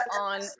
on